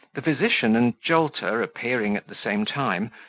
the physician and jolter appearing at the same time,